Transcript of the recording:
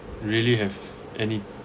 really have any